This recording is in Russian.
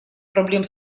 проблем